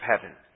heaven